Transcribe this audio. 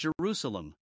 Jerusalem